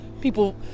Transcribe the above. people